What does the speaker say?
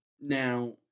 now